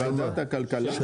ועדת הכלכלה?